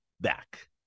back